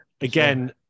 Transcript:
again